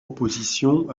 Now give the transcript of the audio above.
opposition